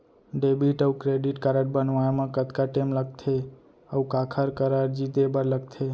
Debit अऊ credit card बनवाए मा कतका टेम लगथे, अऊ काखर करा अर्जी दे बर लगथे?